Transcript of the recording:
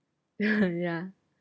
yeah